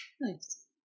Nice